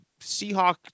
Seahawk